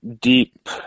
deep